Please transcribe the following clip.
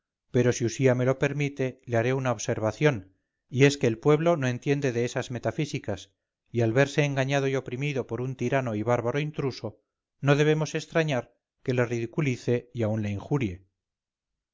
pero si usía me lo permite le haré una observación y es que el pueblo no entiende de esas metafísicas y al verse engañado y oprimido por un tirano y bárbaro intruso no debemos extrañar que le ridiculice y aun le injurie